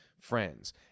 friends